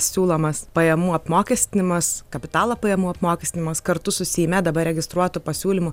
siūlomas pajamų apmokestinimas kapitalo pajamų apmokestinimas kartu su seime dabar registruotu pasiūlymu